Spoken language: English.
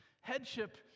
headship